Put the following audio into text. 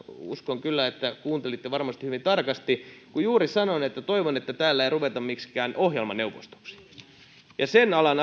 uskon kyllä että kuuntelitte varmasti hyvin tarkasti kun juuri sanoin että toivon että täällä ei ruveta miksikään ohjelmaneuvostoksi en usko että sen alan